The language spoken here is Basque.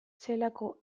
zelako